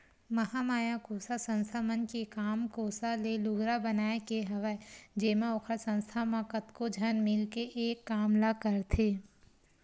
महामाया कोसा संस्था मन के काम कोसा ले लुगरा बनाए के हवय जेमा ओखर संस्था म कतको झन मिलके एक काम ल करथे